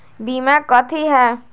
बीमा कथी है?